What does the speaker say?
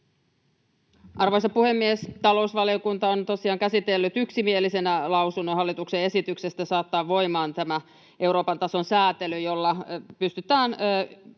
Arvoisa puhemies! Talousvaliokunta on tosiaan käsitellyt yksimielisenä mietinnön hallituksen esityksestä saattaa voimaan tämä Euroopan tason säätely, jolla pystytään paremmin yhteisillä